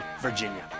Virginia